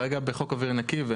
כרגע בחוק אוויר נקי.